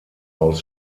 aus